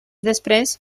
després